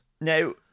Now